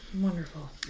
Wonderful